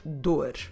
dor